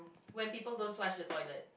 when people don't flush the toilet